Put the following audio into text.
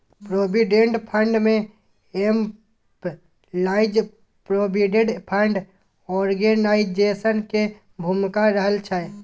provident fund में employees provident fund organisation के भूमिका रहइ छइ